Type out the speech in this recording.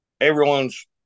everyone's